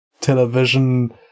television